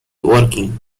working